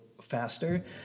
faster